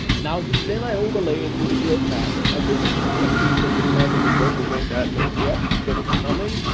now, then, i overlay it with a grid map. now, this is not a feature we have in the global wind atlas, yet, but it's coming.